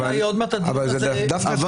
מכובדיי, עוד מעט הדיון הזה מסתיים.